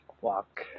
walk